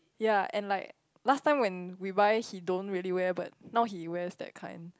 yea and like last time when we buy he don't really wear but now he wears that kind